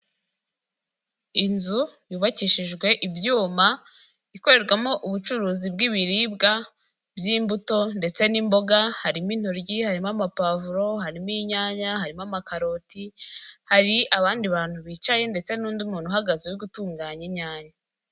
Inzu yubakishijwe ibyuma ikorerwamo ubucuruzi bw'ibiribwa by'imbuto ndetse n'imboga, harimo intogiyi harimo amapavro harimoinyanya harimo amakaroti hari abandi bantu bicaye ndetse n'undi muntu uhagaze uri gutunganya inyanya.